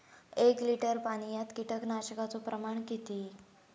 एक लिटर पाणयात कीटकनाशकाचो प्रमाण किती?